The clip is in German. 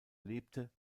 lebte